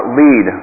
lead